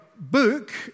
book